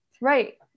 right